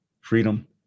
freedom